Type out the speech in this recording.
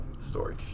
story